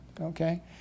Okay